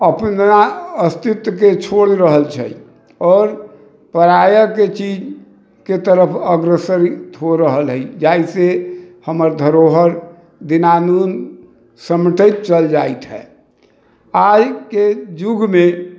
अपना अस्तित्वके छोड़ि रहल छै आओर परायाके चीज के तरफ अग्रसर हो रहल हय जाहिसँ हमर धरोहर दिनानून समटैत चलि जाइत छै आइके युगमे